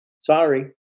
Sorry